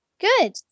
Good